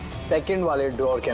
second drawer like and